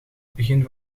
begin